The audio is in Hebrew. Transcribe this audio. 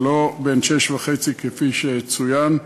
ולא בן שש וחצי כפי שצוין,